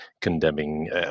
condemning